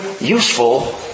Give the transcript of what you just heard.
useful